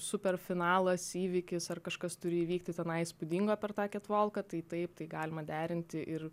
superfinalas įvykis ar kažkas turi įvykti tenai įspūdingo per tą ketvalkąi tai taip tai galima derinti ir